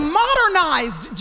modernized